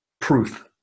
proof